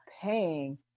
paying